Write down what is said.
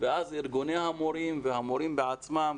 ואז ארגוני המורים והמורים בעצמם,